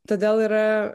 todėl yra